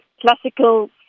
classical